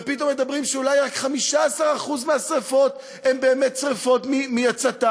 ופתאום אומרים שאולי רק 15% מהשרפות הן באמת שרפות מהצתה,